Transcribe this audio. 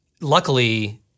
luckily